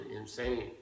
insane